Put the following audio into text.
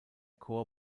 chor